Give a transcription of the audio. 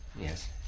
Yes